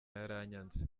yaranyanze